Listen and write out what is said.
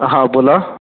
हां बोला